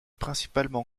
principalement